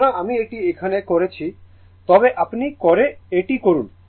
সুতরাং আমি এটি এখানে করছি না তবে আপনি করে এটি করুন